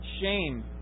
shame